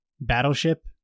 battleship